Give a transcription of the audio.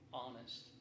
honest